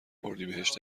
اردیبهشت